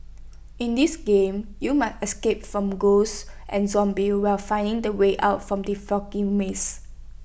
in this game you must escape from ghosts and zombies while finding the way out from the foggy maze